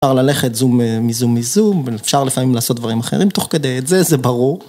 אפשר ללכת זום מזום מזום, אפשר לפעמים לעשות דברים אחרים תוך כדי את זה, זה ברור.